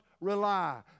rely